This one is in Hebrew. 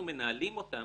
אנחנו מנהלים אותם